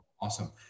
Awesome